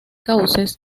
cauces